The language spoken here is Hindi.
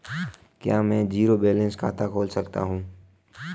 क्या मैं ज़ीरो बैलेंस खाता खोल सकता हूँ?